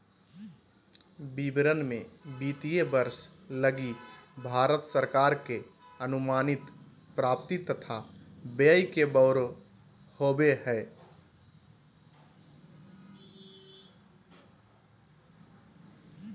विवरण मे वित्तीय वर्ष लगी भारत सरकार के अनुमानित प्राप्ति तथा व्यय के ब्यौरा होवो हय